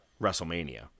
WrestleMania